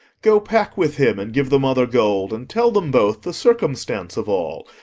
go pack with him, and give the mother gold, and tell them both the circumstance of all,